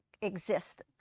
exist